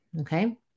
okay